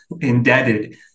indebted